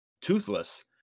toothless